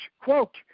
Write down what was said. quote